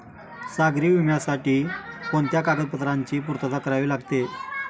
सागरी विम्यासाठी कोणत्या कागदपत्रांची पूर्तता करावी लागते?